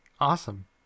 Awesome